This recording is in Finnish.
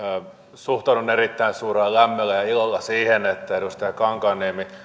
suhtaudun erittäin suurella lämmöllä ja ilolla siihen että edustaja kankaanniemi